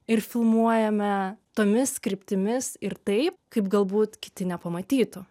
ir filmuojame tomis kryptimis ir taip kaip galbūt kiti nepamatytų